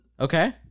Okay